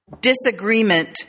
Disagreement